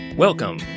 Welcome